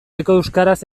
euskaraz